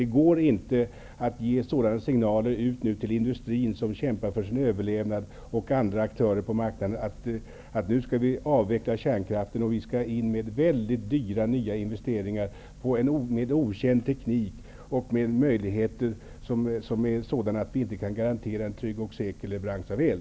Till industrin och andra aktörer på marknaden som kämpar för sin överlevnad kan vi inte komma med signaler om att vi nu skall avveckla kärnkraften och satsa på mycket dyra, nya investeringar i okänd teknik, som dock inte kan garantera en trygg och säker leverans av el.